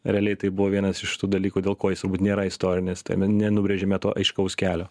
realiai tai buvo vienas iš tų dalykų dėl ko jis nėra istorinis tai min nenubrėžėme to aiškaus kelio